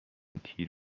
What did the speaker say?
تیر